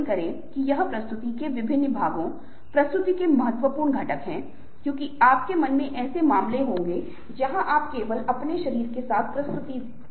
अब ये प्रमुख विशेषताएं हैं जिन्हें हम आपकी मदद से प्रयोग करते हुए देखेंगे क्योंकि हम उन पहलुओं पर ध्यान केंद्रित करते हैं और हम अगली कुछ कक्षाओं के साथ आगे बढ़ते हैं